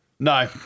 No